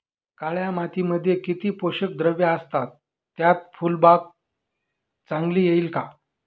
काळ्या मातीमध्ये किती पोषक द्रव्ये असतात, त्यात फुलबाग चांगली येईल का?